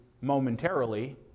momentarily